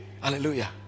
Hallelujah